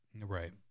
Right